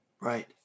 Right